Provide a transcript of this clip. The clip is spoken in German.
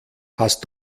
hast